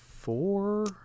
Four